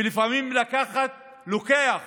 ולפעמים לוקח